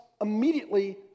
immediately